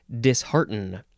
dishearten